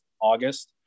August